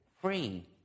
free